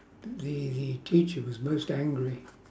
the the teacher was most angry